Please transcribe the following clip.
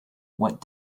what